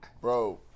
Bro